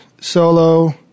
solo